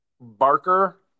Barker